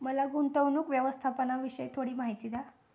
मला गुंतवणूक व्यवस्थापनाविषयी थोडी माहिती द्या